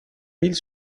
mille